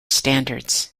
standards